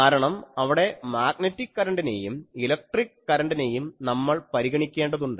കാരണം അവിടെ മാഗ്നെറ്റിക് കരണ്ടിനെയും ഇലക്ട്രിക് കരണ്ടിനെയും നമ്മൾ പരിഗണിക്കേണ്ടതുണ്ട്